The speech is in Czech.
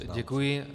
Děkuji.